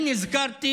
אני נזכרתי